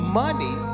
money